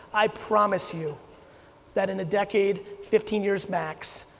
i promise you that in a decade, fifteen years max,